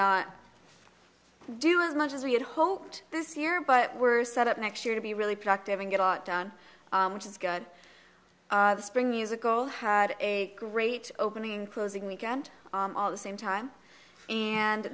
not do as much as we had hoped this year but we're set up next year to be really practive and get a lot done which is good the spring musical had a great opening closing weekend all the same time and